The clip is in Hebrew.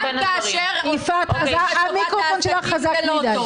גם כאשר עושים משהו לטובת העסקים זה לא טוב,